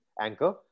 Anchor